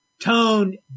tone